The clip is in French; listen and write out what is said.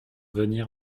venir